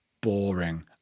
boring